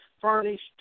furnished